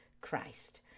christ